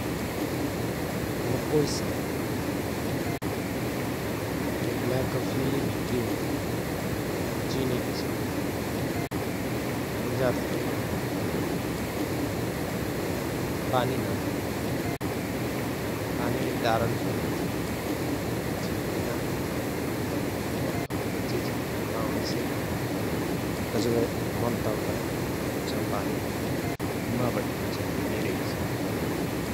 मुक कोइस ना ना व्ल्याक कफि न क्रिम कफि न चिनी के सँग । मिलजात हयत कभि कभि पिलेओ न त बानी ना हय बानी डारन फिर ना चहिय । कोइ चिझमे ना मतलव ज चिझ ना होएसे गजवए मन तड्पय उइसो चाहिँ बानी ना बैठान चहिए मेरे हिसाव मे ।